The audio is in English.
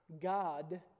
God